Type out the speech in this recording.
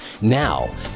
Now